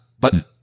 button